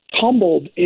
tumbled